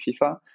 FIFA